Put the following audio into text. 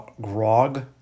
Grog